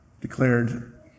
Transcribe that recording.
declared